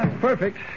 Perfect